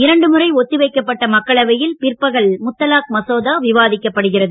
இரண்டு முறை ஒத்திவைக்கப்பட்ட மக்களவையில் பிற்பகல் முத்தலாக் மசோதா விவாதிக்கப்படுகிறது